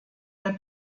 der